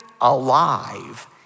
alive